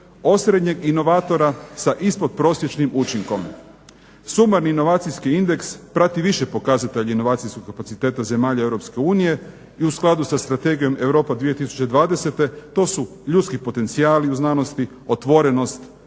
"osrednjeg inovatora sa ispodprosječnim učinkom". Sumarni inovacijski indeks prati više pokazatelja inovacijskog kapaciteta zemalja Europske unije i u skladu sa Strategijom Europa 2020. To su ljudski potencijali u znanosti, otvorenost,